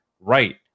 right